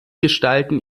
gestalten